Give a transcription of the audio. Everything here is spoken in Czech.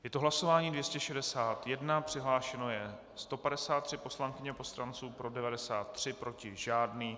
Je to hlasování 261, přihlášeno je 153 poslankyň a poslanců, pro 93, proti žádný.